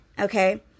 okay